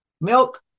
milk